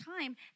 time